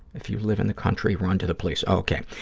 if you live in the country, run to the police, oh, okay.